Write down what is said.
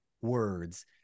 words